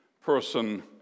person